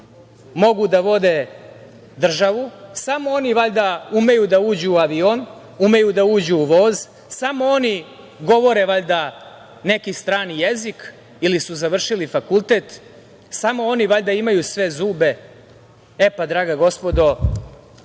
mogu da vode državu. Samo oni valjda umeju da uđu u avion, umeju da uđu u voz, samo oni govore, valjda, neki strani jezik ili su završili fakultet, samo oni valjda imaju sve zube. E, pa, draga gospodo,